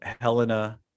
helena